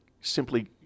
simply